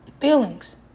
feelings